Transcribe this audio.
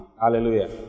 Hallelujah